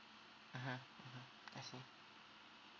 (uh huh) (uh huh) I see